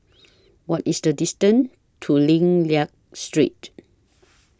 What IS The distance to Lim Liak Street